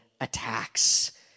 attacks